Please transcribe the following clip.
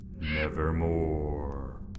Nevermore